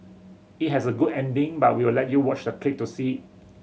it has a good ending but we'll let you watch the clip to see it